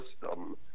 system